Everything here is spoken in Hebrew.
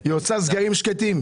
היא עושה סגרים שקטים.